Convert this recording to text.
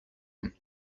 one